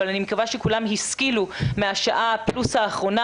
אבל אני מקווה שכולם השכילו מהשעה פלוס האחרונה,